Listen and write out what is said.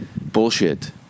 bullshit